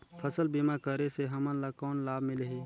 फसल बीमा करे से हमन ला कौन लाभ मिलही?